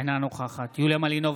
אינה נוכחת יוליה מלינובסקי,